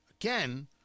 Again